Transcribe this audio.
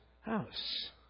house